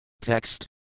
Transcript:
TEXT